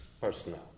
personnel